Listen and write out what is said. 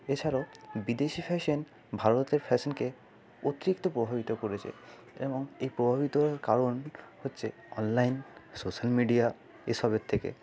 এছাড়াও বিদেশি ফ্যাশান ভারতের ফ্যাশানকে অতিরিক্ত প্রভাবিত করেছে এবং এই প্রভাবিতরও কারণ হচ্ছে অনলাইন সোশ্যাল মিডিয়া এসবের থেকে